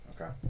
Okay